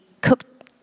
cooked